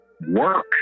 work